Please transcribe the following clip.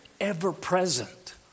ever-present